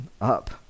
up